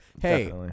Hey